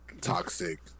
toxic